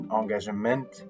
engagement